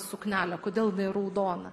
suknelė kodėl raudona